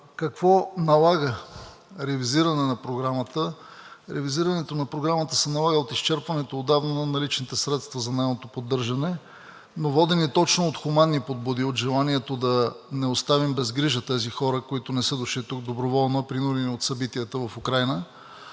Какво налага ревизиране на Програмата? Ревизирането на Програмата се налага от изчерпването отдавна на наличните средства за нейното поддържане, но водени точно от хуманни подбуди, от желанието да не оставим без грижа тези хора, които не са дошли тук доброволно, а принудени от събитията в Украйна,